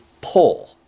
pull